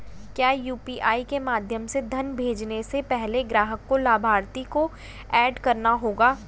क्या यू.पी.आई के माध्यम से धन भेजने से पहले ग्राहक को लाभार्थी को एड करना होगा?